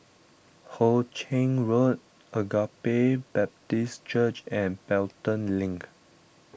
Ho Ching Road Agape Baptist Church and Pelton Link